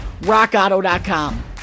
rockauto.com